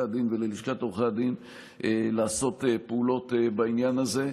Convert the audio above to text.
הדין וללשכת עורכי הדין לעשות פעולות בעניין הזה,